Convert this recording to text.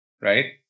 right